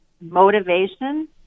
motivation